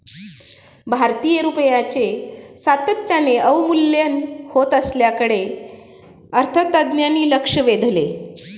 भारतीय रुपयाचे सातत्याने अवमूल्यन होत असल्याकडे अर्थतज्ज्ञांनी लक्ष वेधले